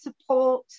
support